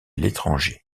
l’étranger